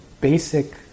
basic